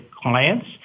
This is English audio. clients